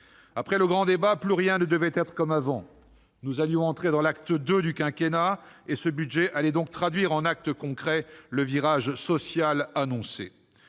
Après le « grand débat », plus rien ne devait être comme avant. Nous allions entrer dans l'acte II du quinquennat, et ce budget allait donc traduire en mesures concrètes le virage social annoncé.